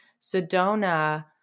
Sedona